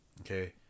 okay